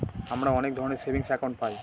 আমরা অনেক ধরনের সেভিংস একাউন্ট পায়